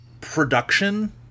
production